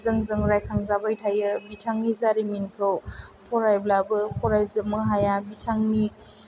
जोंजों रायखांजाबाय थायो बिथांनि जारिमिनखौ फरायब्लाबो फरायजोबनो हाया बिथांनि